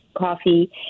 coffee